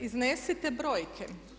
Iznesite brojke.